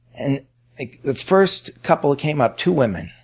and the first couple came up, two women.